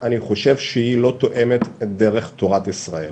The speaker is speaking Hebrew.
אני חושב שהיא לא תואמת את דרך תורת ישראל,